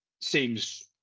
seems